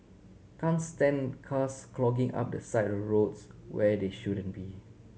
can't stand cars clogging up the side of roads where they shouldn't be